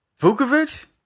Vukovic